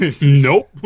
Nope